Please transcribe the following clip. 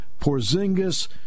Porzingis